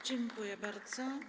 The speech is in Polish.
Dziękuję bardzo.